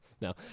No